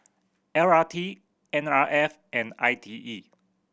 L R T N R F and I T E